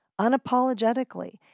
unapologetically